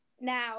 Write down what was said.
now